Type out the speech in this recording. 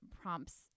prompts